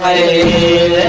a